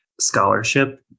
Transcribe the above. scholarship